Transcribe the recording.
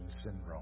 syndrome